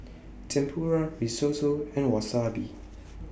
Tempura Risotto and Wasabi